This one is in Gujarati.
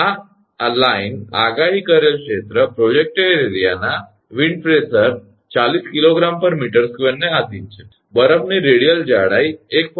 આ લાઇન આગાહી કરેલ વિસ્તારના પવન દબાણ 40 𝐾𝑔 𝑚2 ને આધીન છે બરફની રેડિયલ જાડાઈ 1